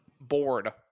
Bored